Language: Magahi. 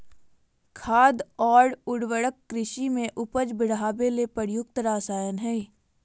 खाद और उर्वरक कृषि में उपज बढ़ावे ले प्रयुक्त रसायन हइ